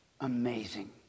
Amazing